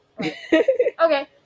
Okay